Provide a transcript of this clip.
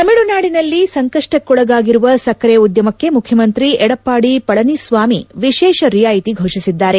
ತಮಿಳುನಾಡಿನಲ್ಲಿ ಸಂಕಷ್ಟಕ್ಕೊಳಗಾಗಿರುವ ಸಕ್ಕರ ಉದ್ಯಮಕ್ಕೆ ಮುಖ್ಯಮಂತ್ರಿ ಎಡಪ್ಪಾಡಿ ಪಳನಿಸ್ವಾಮಿ ವಿಶೇಷ ರಿಯಾಯತಿ ಘೋಷಿಸಿದ್ದಾರೆ